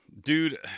dude